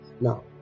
now